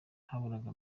haburaga